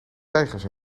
tijgers